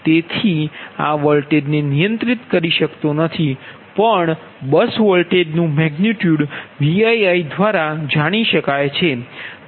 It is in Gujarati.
તેથી હું આ વોલ્ટેજને નિયંત્રિત કરી શકતો નથી પણ બસ વોલ્ટેજનુ મેગનિટયુડ 𝑉𝑖𝑖 દ્વારા જાણી શકાય છે